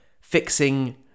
Fixing